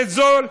זה זול.